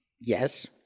yes